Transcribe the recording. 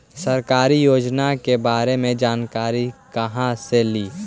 सरकारी योजना के बारे मे जानकारी कहा से ली?